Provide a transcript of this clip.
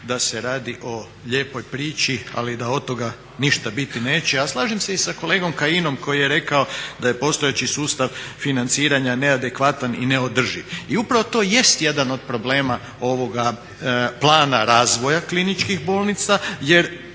da se radi o lijepoj priči ali da od toga ništa biti neće. A slažem se i sa kolegom Kajinom koji je rekao da je postojeći sustav financiranja neadekvatan i neodrživ. I upravo to jest jedan od problema ovoga plana razvoja kliničkih bolnica jer